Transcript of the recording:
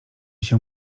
się